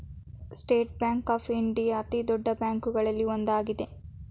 state bank of India ಅತಿದೊಡ್ಡ ಬ್ಯಾಂಕುಗಳಲ್ಲಿ ಒಂದಾಗಿದೆ